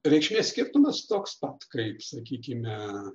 reikšmės skirtumas toks pat kaip sakykime